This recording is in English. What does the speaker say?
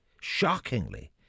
shockingly